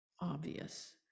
obvious